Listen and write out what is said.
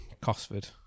Cosford